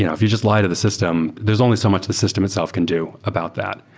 you know if you just like to the system, there's only so much the system itself can do about that.